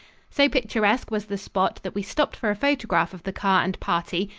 so picturesque was the spot that we stopped for a photograph of the car and party,